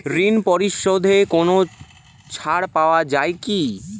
ঋণ পরিশধে কোনো ছাড় পাওয়া যায় কি?